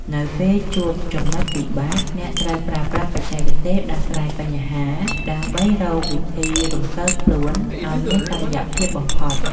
នៅពេលជួបចំណុចពិបាក អ្នកត្រូវប្រើប្រាស់បច្ចេកទេសដោះស្រាយបញ្ហាដើម្បីរកវិធីរំកិលខ្លួនឱ្យមានតុល្យភាពបំផុត។